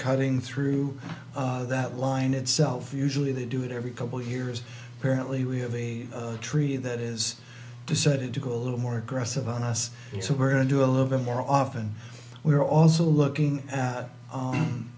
cutting through that line itself usually they do it every couple years apparently we have a tree that is decided to go a little more aggressive on us so we're going to do a little bit more often we're also looking at